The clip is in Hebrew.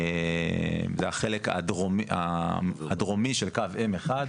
זה החלק הדרומי של קו M1,